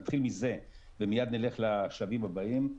נתחיל מזה ומיד נלך לשלבים הבאים.